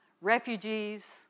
refugees